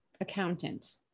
accountant